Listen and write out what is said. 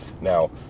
Now